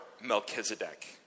Melchizedek